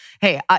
hey